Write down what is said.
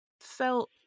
felt